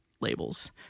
labels